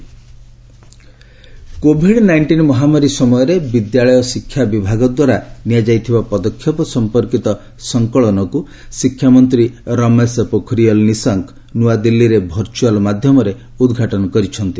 education minister COVID nineteen ମହାମାରୀ ସମୟରେ ବିଦ୍ୟାଳୟ ଶିକ୍ଷା ବିଭାଗଦ୍ୱାରା ନିଆଯାଇଥିବା ପଦକ୍ଷେପ ସମ୍ପର୍କିତ ସଂକଳନକୁ ଶିକ୍ଷାମନ୍ତ୍ରୀ ରମେଶ ପୋଖରିଆଲ୍ ନିଶଙ୍କ ନୁଆଦିଲ୍ଲୀରେ ଭର୍ଚୁଆଲ୍ ମାଧ୍ୟମରେ ଉଦ୍ଘାଟନ କରିଛନ୍ତି